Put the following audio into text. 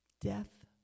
death